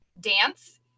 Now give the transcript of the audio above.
dance